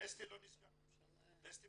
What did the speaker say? וסטי לא נסגר, וסטי